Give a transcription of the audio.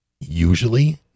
Usually